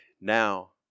now